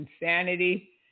insanity